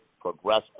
progress